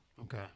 Okay